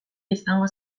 izango